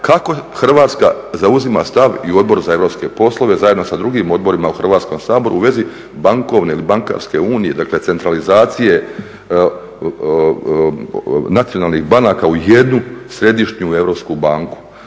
kako Hrvatska zauzima stav i Odbor za europske poslove, zajedno sa drugim odborima u Hrvatskom saboru, u vezi bankovne ili bankarske unije, dakle centralizacije nacionalnih banaka u jednu Središnju europsku banku.